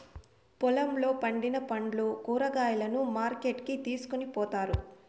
పొలంలో పండిన పండ్లు, కూరగాయలను మార్కెట్ కి తీసుకొని పోతారు